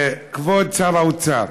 כבוד שר האוצר,